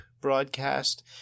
broadcast